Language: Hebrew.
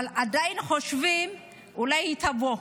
אבל עדיין חושבים: אולי היא תבוא,